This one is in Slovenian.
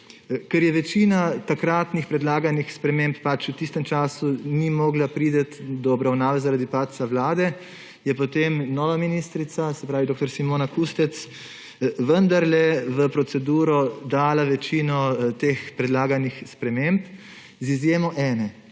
Ker večina takratnih predlaganih sprememb v tistem času ni mogla priti do obravnav zaradi padca Vlade, je potem nova ministrica, se pravi dr. Simona Kustec, vendarle v proceduro dala večino teh predlaganih sprememb z izjemo ene,